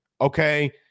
okay